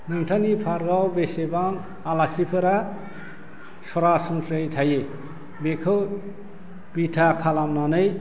नोथांनि पार्कआव बेसेबां आलासिफोरा सरासनस्रायै थायो बेखौ बिथा खालामनानै